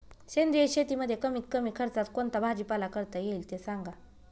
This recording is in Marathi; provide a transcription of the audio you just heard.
सेंद्रिय शेतीमध्ये कमीत कमी खर्चात कोणता भाजीपाला करता येईल ते सांगा